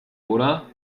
oder